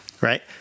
right